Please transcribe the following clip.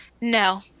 no